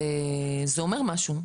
זה אומר משהו.